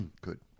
Good